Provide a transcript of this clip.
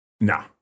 Nah